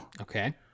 Okay